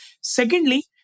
Secondly